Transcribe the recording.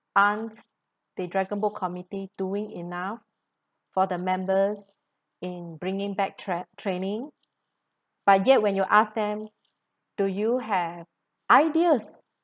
aren't the dragonboat committee doing enough for the members in bringing back trai~ training but yet when you ask them do you have ideas